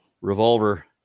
revolver